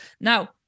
Now